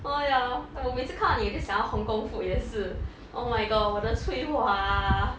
orh ya 我每次看到你我就想到 hong-kong food 也是 oh my god 我的翠华啊